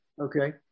Okay